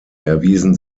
erwiesen